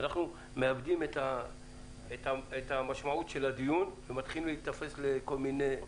אנחנו מאבדים את המשמעות של הדיון ומתחילים להיתפס לכל מיני קטנות.